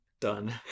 Done